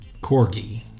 Corgi